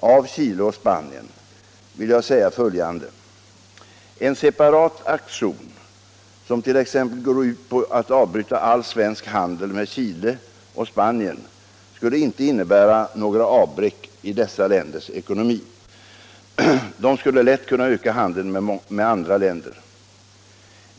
av Chile och Spanien vill jag säga följande. En separat aktion som t.ex. går ut på att avbryta all svensk handel med Chile och Spanien skulle inte innebära några avbräck i dessa länders ekonomi. De skulle lätt kunna öka handeln med andra länder.